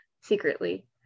secretly